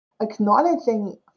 acknowledging